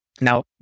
Now